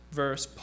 verse